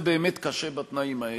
זה באמת קשה בתנאים האלה,